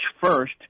first